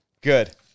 Good